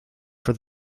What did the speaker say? for